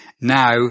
Now